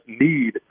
need